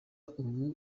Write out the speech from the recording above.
ubu